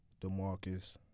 DeMarcus